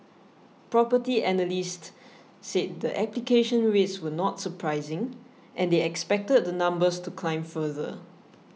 property analyst said the application rates were not surprising and they expected the numbers to climb further